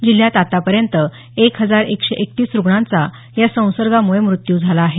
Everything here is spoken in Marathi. जिल्ह्यात आतापर्यंत एक हजार एकशे एकतीस रुग्णांचा या संसर्गामुळे मृत्यू झाला आहे